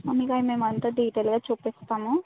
మామూలుగా మేము అంత డీటెయిల్స్గా చూపిస్తాము